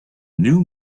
new